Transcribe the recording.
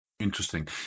Interesting